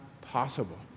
possible